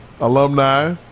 alumni